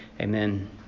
Amen